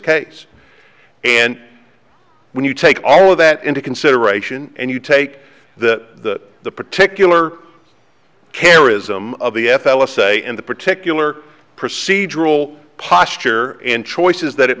case and when you take all of that into consideration and you take that the particular charism of the f l a say in the particular procedural posture and choices that it